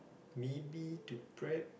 maybe to prep